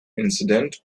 accident